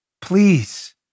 Please